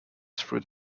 through